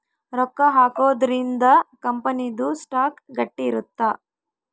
ರೊಕ್ಕ ಹಾಕೊದ್ರೀಂದ ಕಂಪನಿ ದು ಸ್ಟಾಕ್ ಗಟ್ಟಿ ಇರುತ್ತ